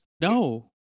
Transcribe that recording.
No